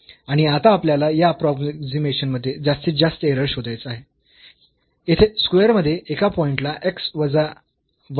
आणि आता आपल्याला या अप्रोक्सीमशन मध्ये जास्तीत जास्त एरर शोधायचा आहे येथे स्क्वेअर मध्ये एका पॉईंट ला x वजा 1 हे 0